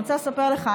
אני רוצה לספר לך,